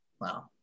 Wow